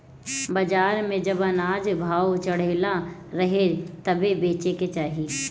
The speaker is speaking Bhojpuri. बाजार में जब अनाज भाव चढ़ल रहे तबे बेचे के चाही